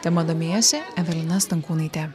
tema domėjosi evelina stankūnaitė